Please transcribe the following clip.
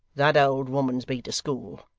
that old woman's been to school.